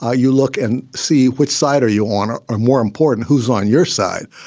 ah you look and see which side are you on or are more important who's on your side.